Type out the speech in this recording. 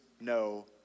no